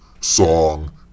song